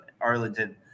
Arlington